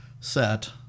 set